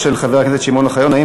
הצעתו של חבר הכנסת שמעון אוחיון: האם